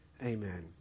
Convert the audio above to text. Amen